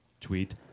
tweet